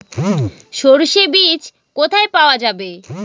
সর্ষে বিজ কোথায় পাওয়া যাবে?